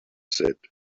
said